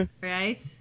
right